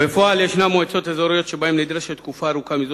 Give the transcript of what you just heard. בפועל ישנן מועצות אזוריות שבהן נדרשת תקופה ארוכה מזו